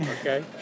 okay